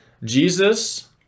Jesus